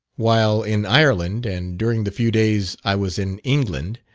while in ireland, and during the few days i was in england,